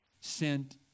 sent